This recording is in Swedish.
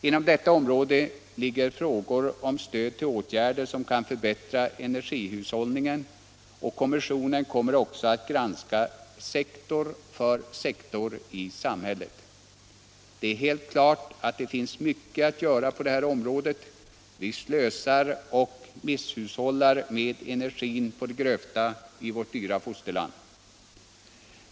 Inom detta område ligger frågor om stöd till åtgärder, som kan förbättra energihushållningen, och kommissionen kommer att granska sektor för sektor i samhället. Det är helt klart att det finns mycket att göra på detta område, då vi slösar och misshushållar med energin på det grövsta i vårt dyra fosterland.